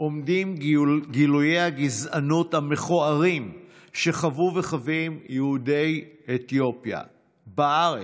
עומדים גילויי הגזענות המכוערים שחוו וחווים יהודי אתיופיה בארץ.